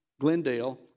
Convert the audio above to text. Glendale